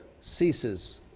ceases